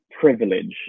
privilege